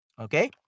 Okay